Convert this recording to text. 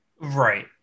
right